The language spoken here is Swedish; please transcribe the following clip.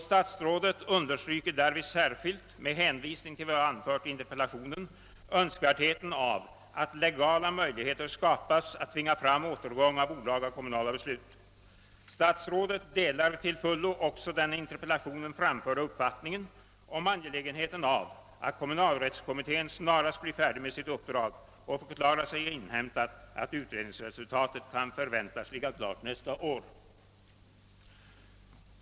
Statsrådet understryker därvid särskilt, med hänvisning till vad jag anfört i interpellationen, önskvärdheten av att legala möjligheter skapas för att tvinga fram en återgång av olaga kommunala beslut. Civilministern delar också till fullo den i interpellationen framförda uppfattningen om angelägenheten av att kommunalrättskommittén snarast blir färdig med sitt uppdrag, och han förklarar sig ha inhämtat att utredningens resultat kan förväntas ligga klart nästa år.